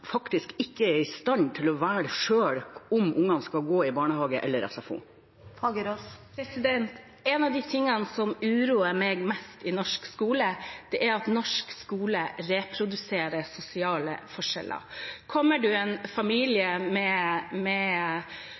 faktisk ikke er i stand til å velge selv om ungene skal gå i barnehage eller SFO? En av de tingene som uroer meg mest i norsk skole, er at norsk skole reproduserer sosiale forskjeller. Kommer det en familie med